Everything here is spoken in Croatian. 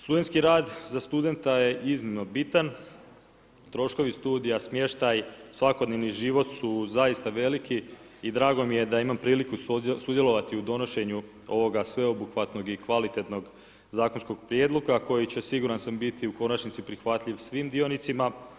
Studentski rad za studenta je iznimno bitan, troškovi studija, smještaj, svakodnevni život su zaista veliki i drago mi je da imam priliku sudjelovati u donošenju ovoga sveobuhvatnog i kvalitetnog zakonskog prijedloga, koji sam, siguran biti u konačnici, prihvatljiv svih dionicima.